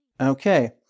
Okay